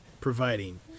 providing